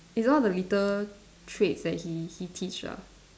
it's all the little traits that he he teach lah